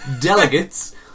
delegates